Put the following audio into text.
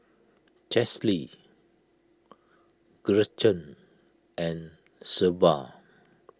Chesley Gretchen and Shelba